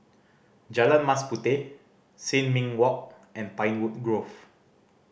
Jalan Mas Puteh Sin Ming Walk and Pinewood Grove